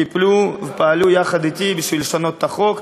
טיפלו ופעלו יחד אתי לשנות את החוק,